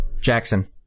Jackson